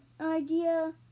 idea